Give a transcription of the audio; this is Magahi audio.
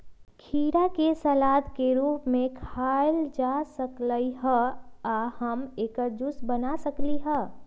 खीरा के सलाद के रूप में खायल जा सकलई ह आ हम एकर जूस बना सकली ह